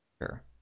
sure